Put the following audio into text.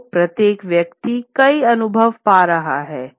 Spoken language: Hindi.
तो प्रत्येक व्यक्ति कई अनुभव पा रहा हैं